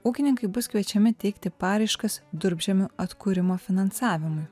ūkininkai bus kviečiami teikti paraiškas durpžemio atkūrimo finansavimui